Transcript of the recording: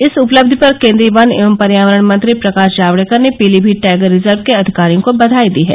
इस उपलब्धि पर केंद्रीय वन एवं पर्यावरण मंत्री प्रकाश जावेडकर ने पीलीमीत टाइगर रिजर्व के अधिकारियों को बधाई दी है